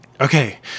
Okay